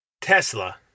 Tesla